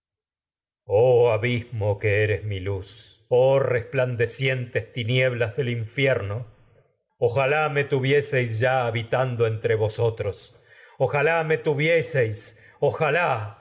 tú que eres oh abismo del mi luz oh resplande tuvieseis ya cientes tinieblas entre infierno ojalá me me habitando pues ni vosotras ni ojalá los tuvieseis ojalá